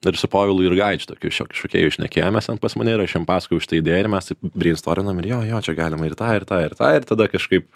ir su povilu jurgaičiu tokiu šio šokėjų šnekėjomės ten pas mane ir aš jam pasakojau šitą idėją ir mes taip brainstorinam ir jo jo čia galima ir tą ir tą ir tą ir tada kažkaip